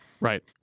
Right